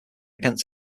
against